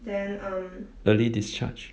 early discharge